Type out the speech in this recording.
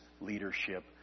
leadership